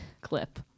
clip